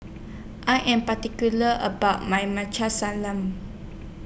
I Am particular about My